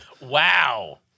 Wow